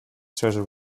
treasure